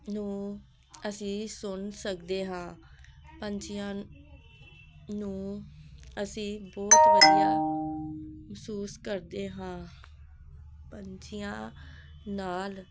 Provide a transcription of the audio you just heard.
ਨੂੰ ਅਸੀਂ ਸੁਣ ਸਕਦੇ ਹਾਂ ਪੰਛੀਆਂ ਨੂੰ ਅਸੀਂ ਬਹੁਤ ਵਧੀਆ ਮਹਿਸੂਸ ਕਰਦੇ ਹਾਂ ਪੰਛੀਆਂ ਨਾਲ